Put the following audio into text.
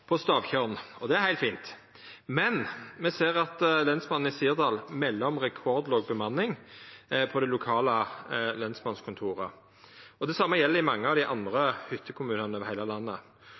og det er heilt fint. Men me ser at lensmannen i Sirdal melder om rekordlåg bemanning på det lokale lensmannskontoret. Det same gjeld i mange av dei andre hyttekommunane over heile landet.